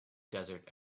desert